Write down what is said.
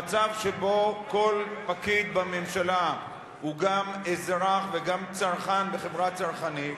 המצב שבו כל פקיד בממשלה הוא גם אזרח וגם צרכן בחברה צרכנית,